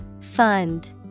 Fund